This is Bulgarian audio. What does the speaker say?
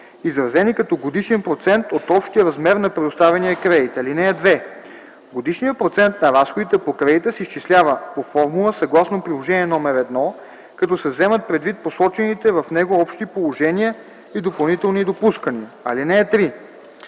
изразени като годишен процент от общия размер на предоставения кредит. (2) Годишният процент на разходите по кредита се изчислява по формула съгласно Приложение № 1, като се вземат предвид посочените в него общи положения и допълнителни допускания. (3)